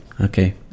Okay